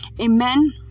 amen